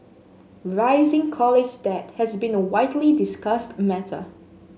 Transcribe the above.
rising college debt has been a widely discussed matter